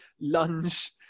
lunge